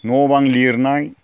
न' बां लिरनाय